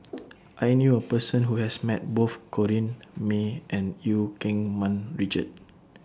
I knew A Person Who has Met Both Corrinne May and EU Keng Mun Richard